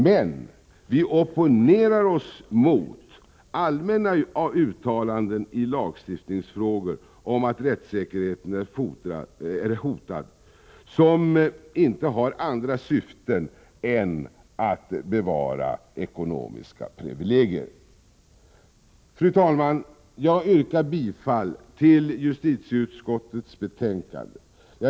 Men vi opponerar oss mot allmänna uttalanden i lagstiftningsfrågor om att rättssäkerheten är hotad, vilka inte har andra syften än att bevara ekonomiska privilegier. Fru talman! Jag yrkar bifall till justitieutskottets hemställan i betänkande nr 28.